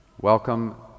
Welcome